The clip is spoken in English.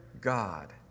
God